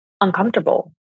uncomfortable